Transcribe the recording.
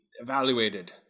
evaluated